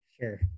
Sure